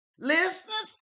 Listeners